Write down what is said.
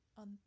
on